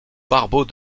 barbeau